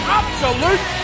absolute